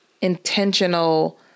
intentional